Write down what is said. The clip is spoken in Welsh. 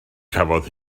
cafodd